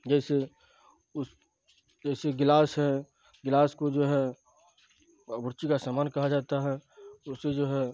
جیسے اس جیسے گلاس ہے گلاس کو جو ہے باورچی کا سامان کہا جاتا ہے اسے جو ہے